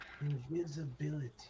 Invisibility